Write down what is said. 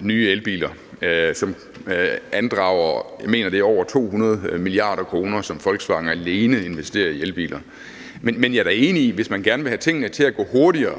nye elbiler. Jeg mener, at det andrager over 200 mia. kr., som Volkswagen alene investerer i elbiler. Men jeg er da enig i, at hvis man gerne vil have tingene til at gå hurtigere